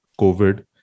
COVID